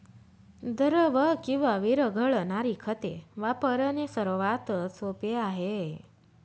द्रव किंवा विरघळणारी खते वापरणे सर्वात सोपे आहे